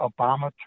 Obama